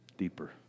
deeper